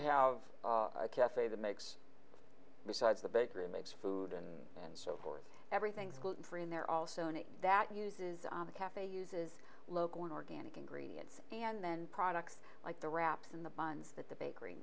have a cafe the makes besides the bakery makes food and so forth everything's gluten free and they're also not that uses the cafe uses local and organic ingredients and then products like the wrap in the buns that the bakery